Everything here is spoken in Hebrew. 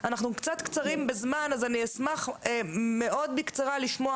אני אשמח מאוד בקצרה לשמוע,